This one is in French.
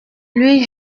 lui